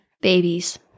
babies